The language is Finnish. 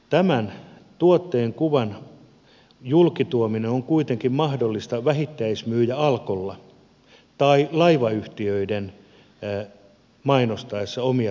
tämän tuotteen kuvan julkituominen on kuitenkin mahdollista vähittäismyyjä alkolle tai laivayhtiöille niiden mainostaessa omia tuotteitaan